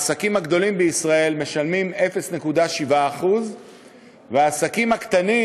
העסקים הגדולים בישראל משלמים 0.7% והעסקים הקטנים